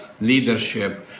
leadership